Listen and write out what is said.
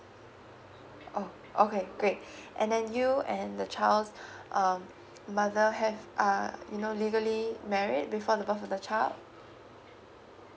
oh okay great and then you and the child's um mother have err you know legally married before the birth of the child